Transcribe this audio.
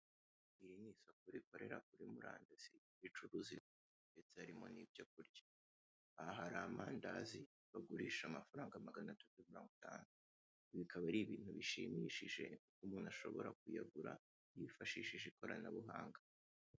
Iri ni isiko rikorera kuri murandasi ricuruza ibirimo n'ibyo kurya, aha hari amandazi bagurisha amafaranga maganatatu mirongo itanu bikaba ari ibintu bishimishije umuntu ashobora kuyagura yifashishije ikoranabuhanga.